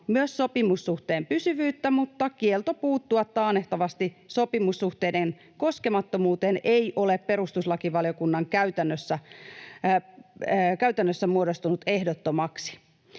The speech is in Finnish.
myös sopimussuhteen pysyvyyttä mutta kielto puuttua taannehtivasti sopimussuhteiden koskemattomuuteen ei ole perustuslakivaliokunnan käytännössä muodostunut ehdottomaksi.